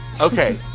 Okay